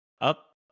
Up